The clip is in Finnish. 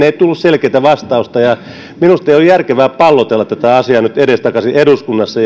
ei tullut selkeätä vastausta ja minusta ei ole järkevää pallotella tätä asiaa nyt edestakaisin eduskunnassa